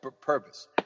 purpose